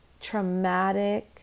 traumatic